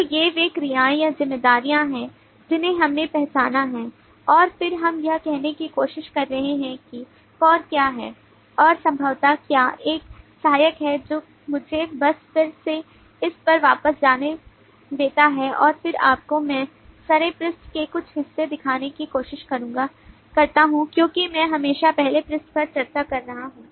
तो ये वे क्रियाएं या जिम्मेदारियां हैं जिन्हें हमने पहचाना है और फिर हम यह कहने की कोशिश कर रहे हैं कि कोर क्या है और संभवतः क्या एक सहायक है जो मुझे बस फिर से इस पर वापस जाने देता है और फिर आपको मैं सरे पृष्ठ के कुछ हिस्से दिखाने की कोशिश करता हूं क्योंकि मैं हमेशा पहले पृष्ठ पर चर्चा कर रहा हूं